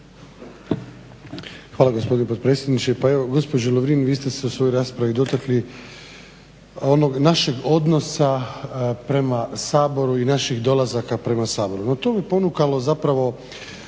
Hvala gospodine potpredsjedniče. Pa evo gospođo Lovrin, vi ste se u svojoj raspravi dotakli onog našeg odnosa prema Saboru i naših dolazaka prema Saboru.